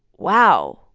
wow.